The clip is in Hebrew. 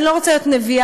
אני לא רוצה להיות נביאה,